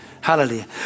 Hallelujah